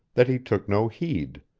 that he took no heed.